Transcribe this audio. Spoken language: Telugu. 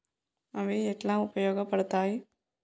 అవి ఎట్లా ఉపయోగ పడతాయి?